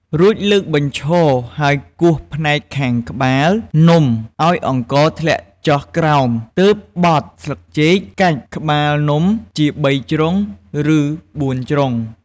រួចលើកបញ្ឈរហើយគោះផ្នែកខាងក្បាលនំឱ្យអង្ករធ្លាក់ចុះក្រោម ទើបបត់ស្លឹកចេក កាច់ក្បាលនំជា៣ជ្រុង ឬ៤ជ្រុង។